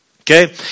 Okay